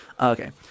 Okay